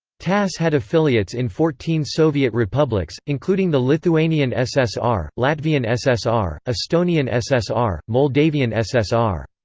tass had affiliates in fourteen soviet republics, including the lithuanian ssr, latvian ssr, estonian ssr, moldavian ssr.